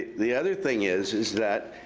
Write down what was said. the other thing is is that